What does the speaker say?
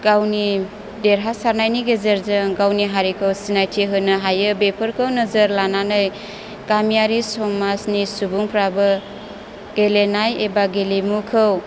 गावनि देरहासारनायनि गेजेरजों गावनि हारिखौ सिनायथि होनो हायो बेफोरखौ नोजोर लानानै गामियारि समाजनि सुबुंफ्राबो गेलेनाय एबा गेलेमुखौ